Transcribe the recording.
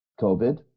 COVID